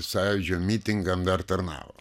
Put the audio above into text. sąjūdžio mitingam dar tarnavo